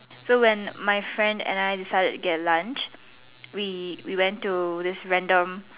so when my friend and I decided to get lunch we we went to this random